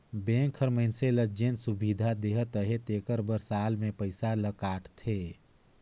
bank हर मइनसे ल जेन सुबिधा देहत अहे तेकर बर साल में पइसा ल काटथे